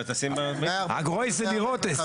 א-גרויסה דירוטס.